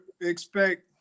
expect